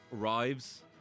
arrives